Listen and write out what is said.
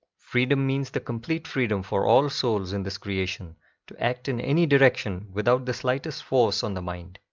freedom means the complete freedom for all souls in this creation to act in any direction, without the slightest force on the mind,